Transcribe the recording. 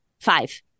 five